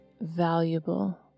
valuable